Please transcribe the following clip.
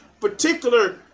particular